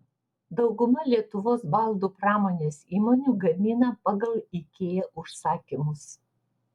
dauguma lietuvos baldų pramonės įmonių gamina pagal ikea užsakymus